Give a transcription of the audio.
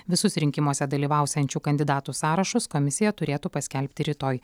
visus rinkimuose dalyvausiančių kandidatų sąrašus komisija turėtų paskelbti rytoj